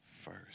first